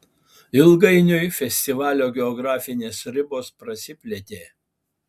ilgainiui festivalio geografinės ribos prasiplėtė